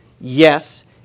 Yes